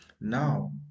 Now